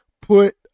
put